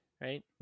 right